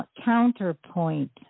counterpoint